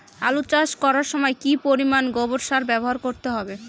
আলু চাষ করার সময় কি পরিমাণ গোবর সার ব্যবহার করতে হবে?